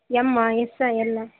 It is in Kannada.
ಎಮ್ಮ ಎಸ್ಸ ಎಲ್ಲಾ